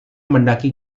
mendaki